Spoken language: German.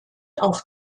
auch